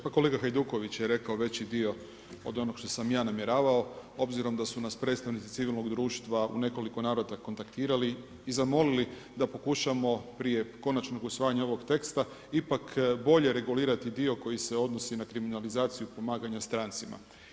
Pa kolega Hajduković je rekao veći dio od onog što sam ja namjeravao, obzirom da su nas predstavnici civilnog društva u nekoliko navrata kontaktirali i zamolili da pokušamo prije konačnog usvajanja ovog teksta ipak bolje regulirati dio koji se odnosi na kriminalizaciju pomaganja strancima.